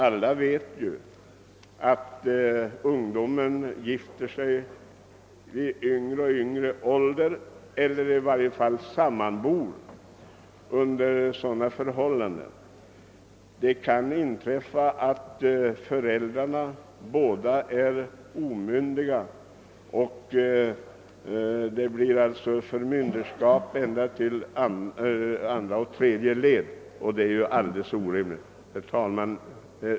Alla vet att ungdomarna gifter sig vid allt lägre åldrar eller i varje fall flyttar samman, och det inträffar att båda föräldrarna till ett barn är omyndiga. Det är alldeles orimligt att det skall förekomma förmynderskap både i andra och tredje led. Herr talman!